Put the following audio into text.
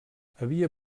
havia